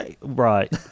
Right